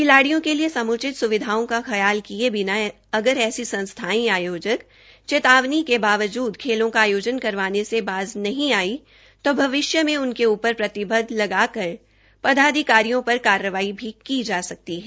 खिलाडिय़ों के लिए समुचित स्विधाओं का ख्याल किए बिना अगर ऐसी संस्थाएं या आयोजक चेतावनी के बावजूद खेलों का आयोजन करवाने से बाज नहीं आई तो भविष्य में उनके ऊपर प्रतिबंद लगाकर पदाधिकारियों पर कार्रवाई भी की जा सकती है